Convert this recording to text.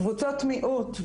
קבוצות מיעוט,